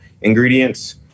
ingredients